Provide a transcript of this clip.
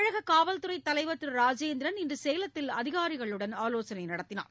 தமிழக காவல்துறை தலைவர் திரு ராஜேந்திரன் இன்று சேலத்தில் அதிகாரிகளுடன் ஆலோசனை நடத்தினார்